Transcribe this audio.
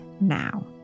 now